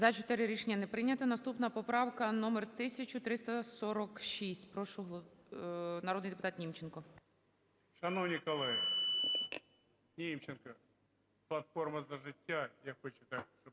За-4 Рішення не прийнято. Наступна поправка 1346. Прошу, народний депутат Німченко.